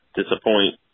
disappoint